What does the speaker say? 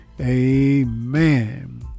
Amen